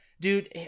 Dude